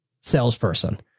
salesperson